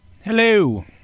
Hello